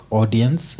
audience